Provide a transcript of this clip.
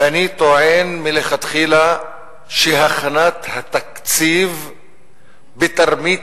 ואני טוען מלכתחילה שהכנת התקציב בתרמית